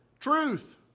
truth